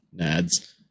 Nads